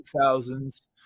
2000s